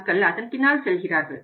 மக்கள் அதன்பின்னால் செல்கிறார்கள்